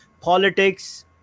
politics